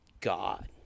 god